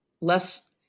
less